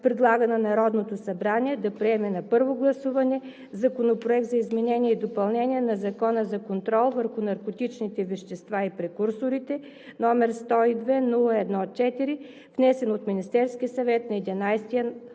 предлага на Народното събрание да приеме на първо гласуване Законопроект за изменение и допълнение на Закона за контрол върху наркотичните вещества и прекурсорите, № 102-01-4, внесен от Министерския съвет на 11